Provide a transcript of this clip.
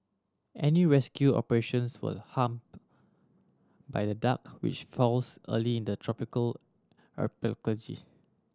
any rescue operations will hampered by the dark which falls early in the tropical archipelago